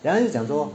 then 她就讲说